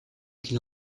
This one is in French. qu’il